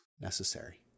necessary